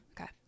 okay